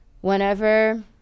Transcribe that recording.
whenever